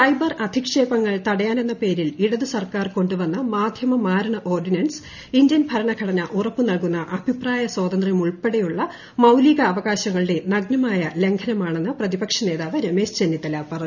cyber അധിക്ഷേപങ്ങൾ തടയാനെന്ന പേരിൽ ഇടതു സർക്കാർ കൊണ്ടുവന്ന മാധ്യമ മാരണ ഓർഡിനൻസ് ഇന്ത്യൻ ഭരണ ഘടന ഉറപ്പ് നൽകുന്ന അഭിപ്രായ സ്വാതന്ത്ര്യമുൾപ്പെടെയുള്ള മൌലികാവകാശങ്ങളുടെ നഗ്നമായ ലംഘനമാണെന്ന് പ്രതിപക്ഷ നേതാവ് രമേശ് ചെന്നിത്തല പറഞ്ഞു